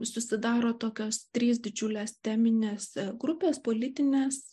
susidaro tokios trys didžiulės teminės grupės politinės